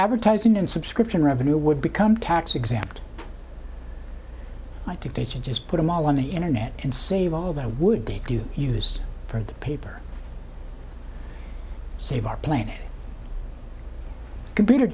advertising and subscription revenue would become tax exempt i think they should just put them all on the internet and save all that would you use for the paper save our planet computer